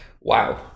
Wow